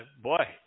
boy